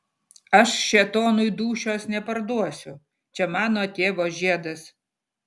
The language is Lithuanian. aš šėtonui dūšios neparduosiu čia mano tėvo žiedas